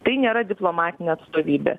tai nėra diplomatinė atstovybė